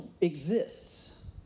exists